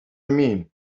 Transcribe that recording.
mean